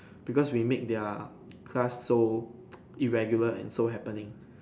because we make their class so irregular and so happening